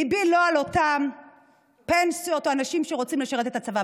ליבי לא על אותן פנסיות או אנשים שרוצים לשרת את הצבא,